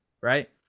Right